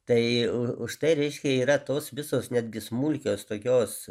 tai u užtai reiškia yra tos visos netgi smulkios tokios